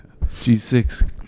G6